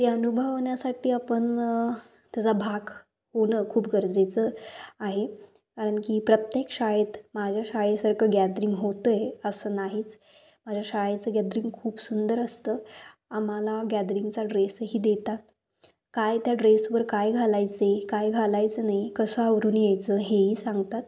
ते अनुभवण्यासाठी आपण त्याचा भाग होणं खूप गरजेचं आहे कारण की प्रत्येक शाळेत माझ्या शाळेसारखं गॅदरिंग होतं आहे असं नाहीच माझ्या शाळेचं गॅदरिंग खूप सुंदर असतं आम्हाला गॅदरिंगचा ड्रेसही देतात काय त्या ड्रेसवर काय घालायचे काय घालायचं नाही कसं आवरून यायचं हेही सांगतात